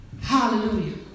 Hallelujah